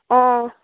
অঁ